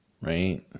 right